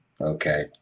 Okay